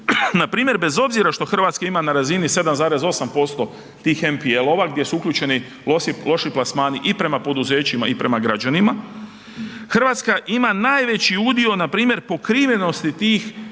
Npr. bez obzira što Hrvatska ima na razini 7,8% tih MPL-ova gdje su uključeno loši plasmani i prema poduzećima i prema građanima, Hrvatska ima najveći udio npr. pokrivenosti tih